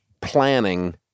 Planning